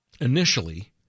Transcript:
Initially